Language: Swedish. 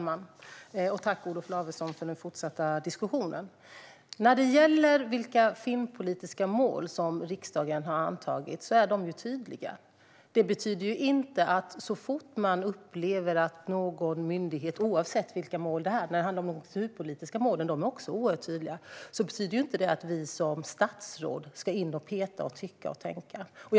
Herr talman! Tack för den fortsatta diskussionen, Olof Lavesson! När det gäller de filmpolitiska mål riksdagen har antagit är de tydliga. Det betyder inte att vi som statsråd ska in i myndigheterna och peta, tycka och tänka. Det gäller oavsett vilka mål det är; de kulturpolitiska målen är också oerhört tydliga.